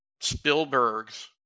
Spielberg's